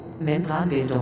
Membranbildung